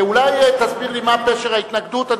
אולי תסביר לי מה פשר ההתנגדות?